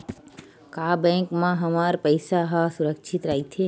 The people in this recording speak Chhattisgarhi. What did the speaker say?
का बैंक म हमर पईसा ह सुरक्षित राइथे?